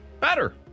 better